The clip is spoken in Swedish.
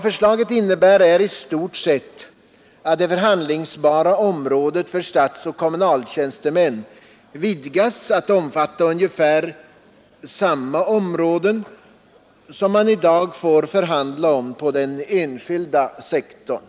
Förslaget innebär i stort sett att det förhandlingsbara området för statsoch kommunaltjänstemän vidgas att omfatta ungefär samma områden som man i dag får förhandla om på den enskilda sektorn.